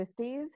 50s